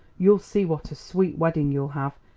you'll see what a sweet wedding you'll have.